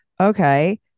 Okay